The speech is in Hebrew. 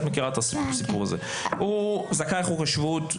הוא זכאי חוק השבות,